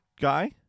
guy